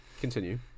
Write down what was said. continue